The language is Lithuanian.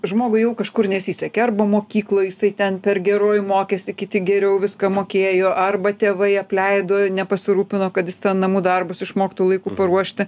žmogui jau kažkur nesisekė arba mokykloj jisai ten per geroj mokėsi kiti geriau viską mokėjo arba tėvai apleido nepasirūpino kad jis ten namų darbus išmoktų laiku paruošti